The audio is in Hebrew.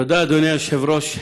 תודה, אדוני היושב-ראש.